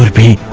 be